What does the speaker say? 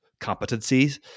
competencies